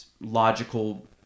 logical